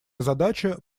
задача